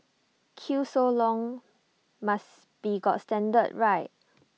queue so long must be got standard right